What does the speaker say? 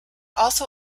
also